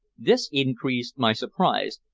this increased my surprise,